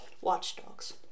watchdogs